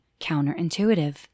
counterintuitive